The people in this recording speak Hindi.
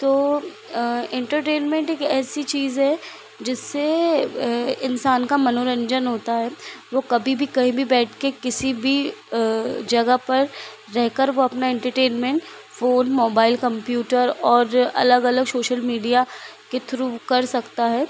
तो एंटरटेनमेंट एक ऐसी चीज़ है जिससे इन्सान का मनोरंजन होता है वह कभी कभी कहीं भी बैठकर किसी भी जगह पर रहकर वह अपना एंटरटेनमेंट फ़ोन मोबाइल कम्प्यूटर और अलग अलग सोशल मीडिया के थ्रू कर सकता है